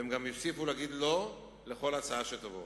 והם יוסיפו להגיד לא על כל הצעה שתבוא.